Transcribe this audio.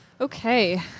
Okay